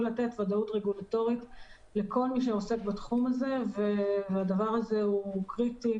לתת ודאות רגולטורית לכל מי שעוסק בתחום הזה והדבר הזה הוא קריטי